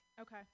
Okay